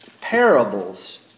parables